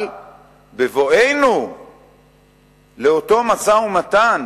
אבל בבואנו לאותו משא-ומתן